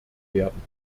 werden